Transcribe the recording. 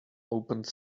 opened